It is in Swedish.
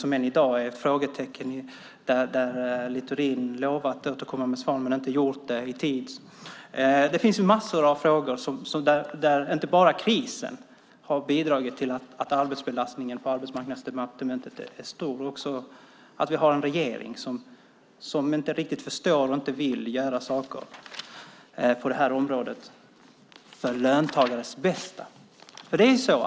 De är än i dag frågetecken där Littorin lovat att komma med svar men inte gjort det i tid. Det finns massor av frågor där inte bara krisen har bidragit till att arbetsbelastningen på Arbetsmarknadsdepartementet är stor. Vi har också en regering som inte riktigt förstår och inte vill göra saker på det här området för löntagares bästa.